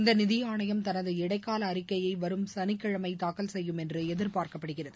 இந்த நிதி ஆணையம் தனது இடைக்கால அறிக்கையை வரும் சனிக்கிழமை தாக்கல் செய்யும் என்று எதிர்பார்க்கப்படுகிறது